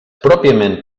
pròpiament